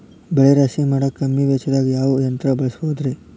ಬೆಳೆ ರಾಶಿ ಮಾಡಾಕ ಕಮ್ಮಿ ವೆಚ್ಚದಾಗ ಯಾವ ಯಂತ್ರ ಬಳಸಬಹುದುರೇ?